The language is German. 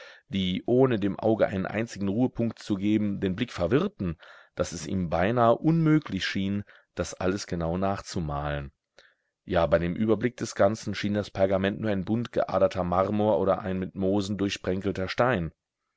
die ohne dem auge einen einzigen ruhepunkt zu geben den blick verwirrten daß es ihm beinahe unmöglich schien das alles genau nachzumalen ja bei dem überblick des ganzen schien das pergament nur ein bunt geaderter marmor oder ein mit moosen durchsprenkelter stein